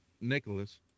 Nicholas